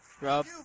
Rob